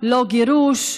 לא גירוש,